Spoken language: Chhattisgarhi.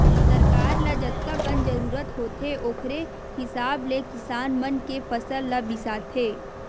सरकार ल जतकाकन जरूरत होथे ओखरे हिसाब ले किसान मन के फसल ल बिसाथे